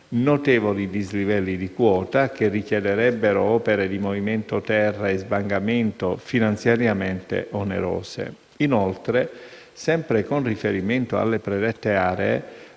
notevoli dislivelli di quota che richiederebbero opere di movimento terra e sbancamento finanziariamente onerose. Inoltre, sempre con riferimento alle predette aree,